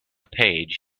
page